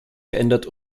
geändert